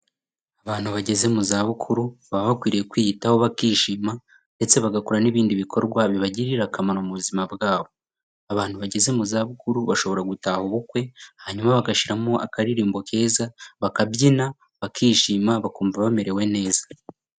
Abantu bageze mu zabukuru baba bakwiriye kwiyitaho bakishima ndetse bagakora n'ibindi bikorwa bibagirira akamaro mu buzima bwabo, abantu bageze mu zabukuru bashobora gutaha ubukwe, hanyuma bagashyiramo akaririmbo keza, bakabyina bakishima bakumva bamerewe neza.